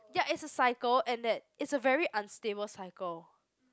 ya it's a cycle and that it's a very unstable cycle